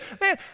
man